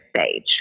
stage